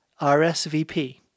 RSVP